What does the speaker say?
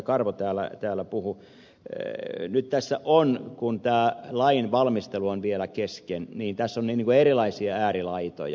karvo täällä puhui niin nyt kun tämä lain valmistelu on vielä kesken niin tässä on erilaisia äärilaitoja